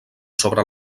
sobre